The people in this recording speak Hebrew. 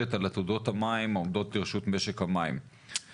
על עתודות המים העומדות לרשות משק המים.